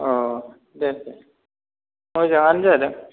दे दे मोजाङानो जादों